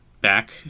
back